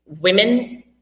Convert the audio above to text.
women